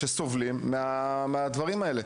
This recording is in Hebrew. שסובלים גם הם מהדברים האלה.